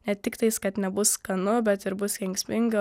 ne tik tais kad nebus skanu bet ir bus kenksminga